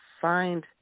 find